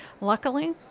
Luckily